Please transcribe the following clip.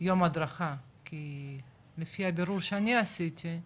יום הדרכה, כי לפי הבירור שאני עשיתי,